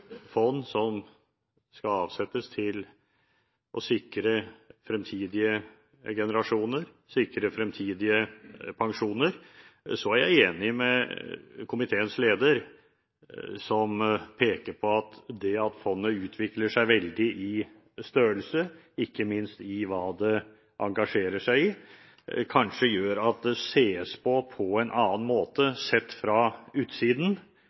fond som skal avsettes til å sikre fremtidige generasjoner, sikre fremtidige pensjoner. Så er jeg enig med komiteens leder, som peker på at det at fondet utvikler seg veldig i størrelse, og ikke minst i hva det engasjerer seg i, kanskje gjør at det ses på på en annen måte – sett fra utsiden,